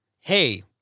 hey